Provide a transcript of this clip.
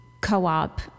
co-op